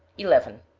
eleven.